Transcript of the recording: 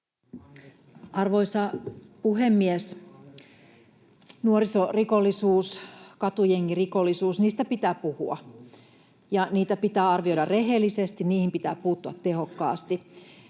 Arvoisa puhemies! Nuorisorikollisuudesta ja katujengirikollisuudesta pitää puhua. Niitä pitää arvioida rehellisesti, niihin pitää puuttua tehokkaasti,